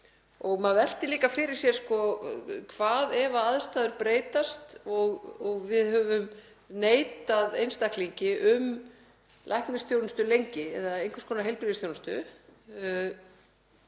Maður veltir líka fyrir sér: Hvað ef aðstæður breytast og við höfum neitað einstaklingi um læknisþjónustu lengi, eða einhvers konar heilbrigðisþjónustu?